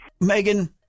Megan